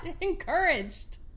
encouraged